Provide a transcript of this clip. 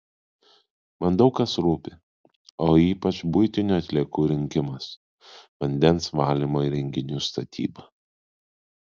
man daug kas rūpi o ypač buitinių atliekų rinkimas vandens valymo įrenginių statyba